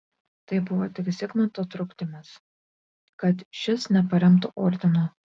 tai buvo tik zigmanto trukdymas kad šis neparemtų ordino